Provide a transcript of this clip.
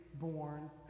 born